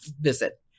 visit